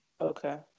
Okay